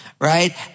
Right